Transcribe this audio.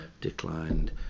declined